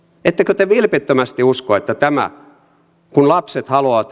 ettekö te vilpittömästi usko että kun lapset haluavat